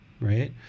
right